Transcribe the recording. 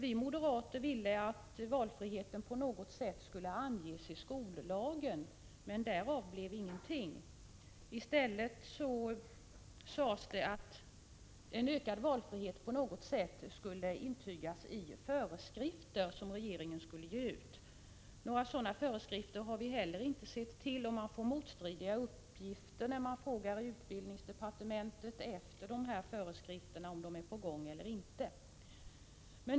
Vi moderater ville att valfriheten på något sätt skulle anges i skollagen, men därav blev ingenting. I stället sades det att en ökad valfrihet på något vis skulle intygas i föreskrifter, som regeringen skulle ge ut. Några sådana föreskrifter har vi heller inte sett till, och man får motstridiga uppgifter när man frågar utbildningsdepartementet om sådana är på gång eller inte.